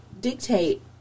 dictate